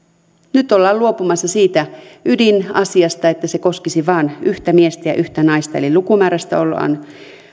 nyt ollaan luopumassa siitä ydinasiasta että se koskisi vain yhtä miestä ja yhtä naista eli lukumäärästä ollaan